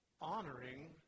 honoring